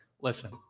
listen